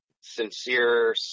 sincere